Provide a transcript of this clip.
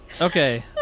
okay